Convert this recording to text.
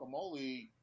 guacamole